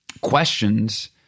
questions